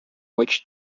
which